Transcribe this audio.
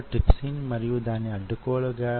actin మరియు myosin ఉన్నాయి